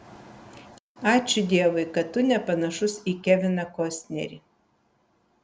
ačiū dievui kad tu nepanašus į keviną kostnerį